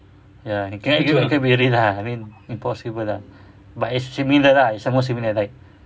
ya you cannot be real ah I mean impossible ah but its similar lah it's almost similar like